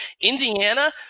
Indiana